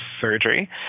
surgery